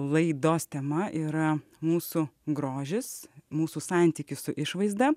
laidos tema yra mūsų grožis mūsų santykis su išvaizda